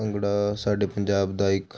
ਭੰਗੜਾ ਸਾਡੇ ਪੰਜਾਬ ਦਾ ਇੱਕ